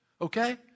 Okay